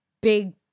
big